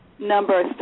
number